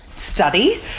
study